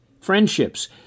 Friendships